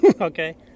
okay